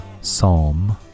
psalm